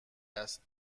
است